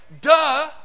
Duh